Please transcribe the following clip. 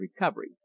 recovery